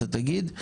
אתה תגיד.